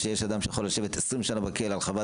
שיש אדם שיכול לשבת עשרים שנה בכלא על חוות